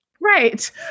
Right